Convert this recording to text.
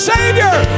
Savior